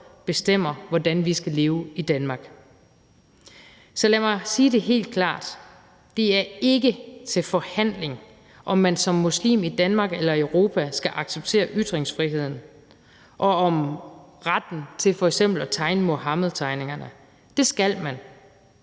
bestemmer, hvordan vi skal leve i Danmark. Så lad mig sige det helt klart: Det er ikke til forhandling, om man som muslim i Danmark eller i Europa skal acceptere ytringsfriheden og retten til f.eks. at tegne Muhammedtegningerne. Det skal man.